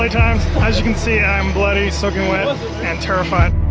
ah times. as you can see, i'm bloody, stacking wet and terrified.